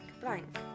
blank